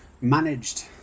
managed